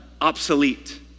obsolete